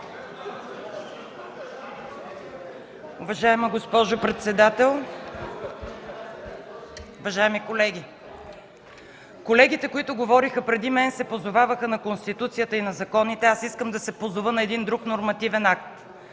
Уважаема госпожо председател, уважаеми колеги! Колегите, които говориха преди мен, се позоваваха на Конституцията и на законите. Аз искам да се позова на друг нормативен акт